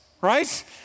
right